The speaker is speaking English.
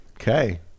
Okay